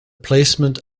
placement